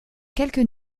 quelques